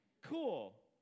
cool